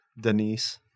Denise